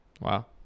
Wow